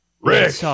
Rick